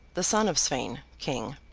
the son of sweyn, king.